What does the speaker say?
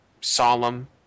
solemn